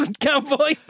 cowboy